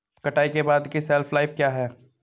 कटाई के बाद की शेल्फ लाइफ क्या है?